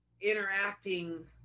interacting